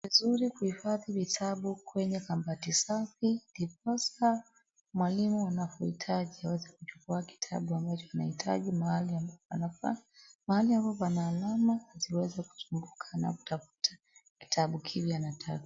Ni vizuri kuhifadhi vitabu kwenye kabati safi ndiposa mwalimu anapohitaji aweze kuchukua kitabu ambacho anahitaji mahali anafaa, mahali hapo pana alama ziweze kujulikana kutafuta kitabu kipi anataka.